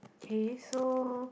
okay so